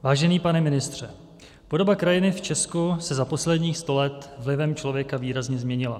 Vážený pane ministře, podoba krajiny v Česku se za posledních sto let vlivem člověka výrazně změnila.